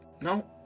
no